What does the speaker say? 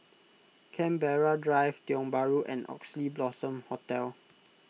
Canberra Drive Tiong Bahru and Oxley Blossom Hotel